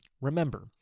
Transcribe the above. Remember